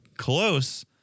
close